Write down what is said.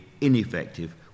ineffective